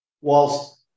whilst